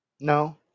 No